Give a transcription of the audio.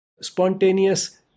spontaneous